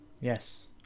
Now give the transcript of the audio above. Yes